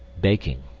baking